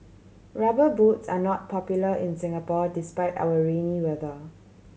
Rubber Boots are not popular in Singapore despite our rainy weather